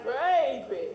baby